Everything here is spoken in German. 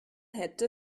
hätte